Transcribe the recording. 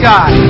God